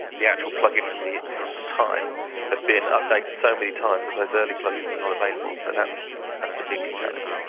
the actual plug-ins from the from the time have been updated so many times that those early plug-ins are not available. so that's ah the biggest challenge.